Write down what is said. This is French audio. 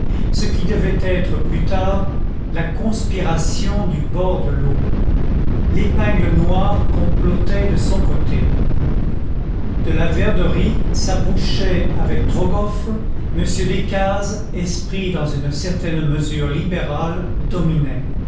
ce qui devait être plus tard la conspiration du bord de l'eau l'épingle noire complotait de son côté delaverderie s'abouchait avec trogoff m decazes esprit dans une certaine mesure libéral dominait